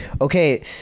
Okay